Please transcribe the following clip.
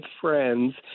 friends